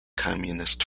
communist